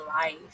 life